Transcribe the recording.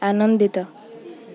ଆନନ୍ଦିତ